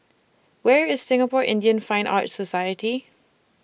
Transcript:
Where IS Singapore Indian Fine Arts Society